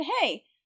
Hey